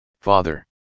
father